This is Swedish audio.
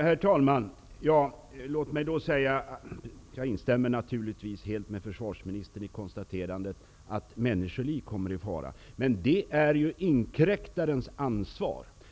Herr talman! Jag instämmer naturligtvis helt i försvarsministerns konstaterande att människoliv kan komma i fara, men det är ju inkräktarens ansvar.